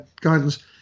guidance